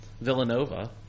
Villanova